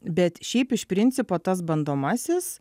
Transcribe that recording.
bet šiaip iš principo tas bandomasis